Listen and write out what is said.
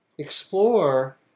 explore